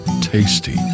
tasty